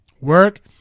work